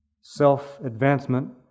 self-advancement